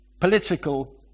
political